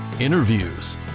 interviews